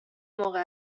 موقع